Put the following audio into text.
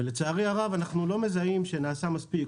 ולצערי הרב, אנחנו לא מזהים שנעשה מספיק.